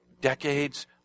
decades